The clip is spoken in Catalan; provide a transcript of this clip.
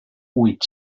huit